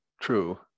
true